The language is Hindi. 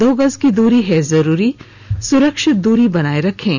दो गज की दूरी है जरूरी सुरक्षित दूरी बनाए रखें